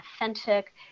authentic